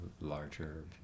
larger